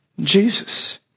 Jesus